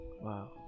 Wow